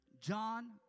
John